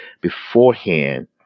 beforehand